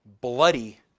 bloody